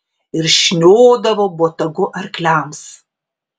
ir šniodavo botagu arkliams